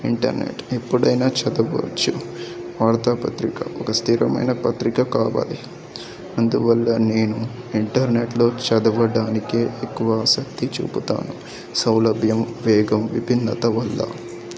internet ఎప్పుడైనా చదవచ్చు వార్తాపత్రిక ఒక స్థిరమైన పత్రిక కావాలి అందువల్ల నేను ఇంటర్నెట్లో చదవడానికి ఎక్కువ ఆసక్తి చూపుతాను సౌలభ్యం వేగం విభిన్నత వల్ల